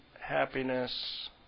happiness